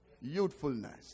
youthfulness